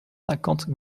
cinquante